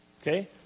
Okay